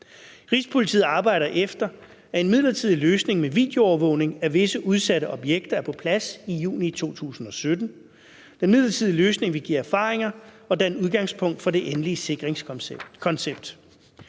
Rigspolitiet arbejder efter, at en midlertidig løsning med videoovervågning af visse udsatte objekter er på plads i juni 2017. Den midlertidige løsning vil give erfaringer og danne udgangspunkt for det endelige sikringskoncept.